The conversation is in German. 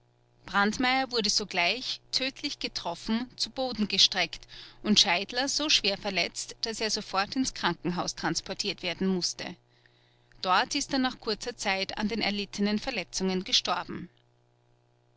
brandmeier wurde sogleich tödlich getroffen zu boden gestreckt und scheidler so schwer verletzt daß er sofort ins krankenhaus transportiert werden mußte dort ist er nach kurzer zeit an den erlittenen verletzungen gestorben